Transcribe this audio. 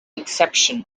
exception